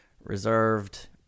reserved